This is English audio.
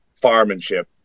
firemanship